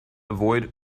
avoid